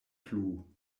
plu